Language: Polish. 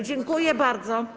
Dziękuję bardzo.